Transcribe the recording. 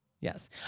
Yes